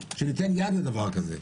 שניתן יד לדבר כזה.